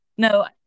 No